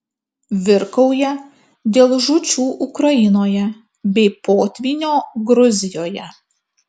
virkauja dėl žūčių ukrainoje bei potvynio gruzijoje